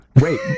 Wait